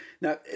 Now